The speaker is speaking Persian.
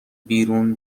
بیرون